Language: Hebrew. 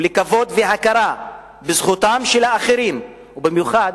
כבוד והכרה בזכותם של האחרים, ובמיוחד